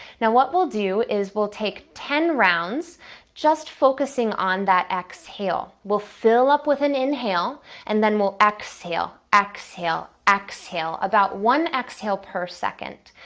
now what we'll do is we'll take ten rounds just focusing on that exhale. we'll fill up with an inhale and then we'll exhale, exhale, exhale, about one exhale per second.